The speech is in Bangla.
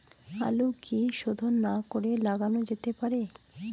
আলু কি শোধন না করে লাগানো যেতে পারে?